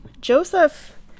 Joseph